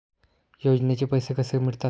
योजनेचे पैसे कसे मिळतात?